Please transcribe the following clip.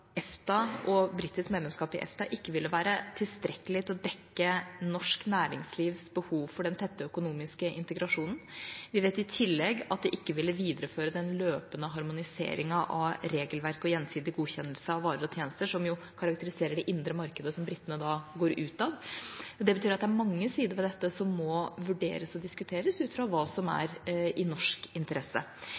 EFTA og britisk medlemskap i EFTA ikke vil være tilstrekkelig til å dekke norsk næringslivs behov for den tette økonomiske integrasjonen. Vi vet i tillegg at det ikke ville videreføre den løpende harmoniseringen av regelverk og den gjensidige godkjennelsen av varer og tjenester som karakteriserer det indre markedet som britene nå går ut av. Det betyr at det er mange sider ved dette som må vurderes og diskuteres ut fra hva som er i norsk interesse.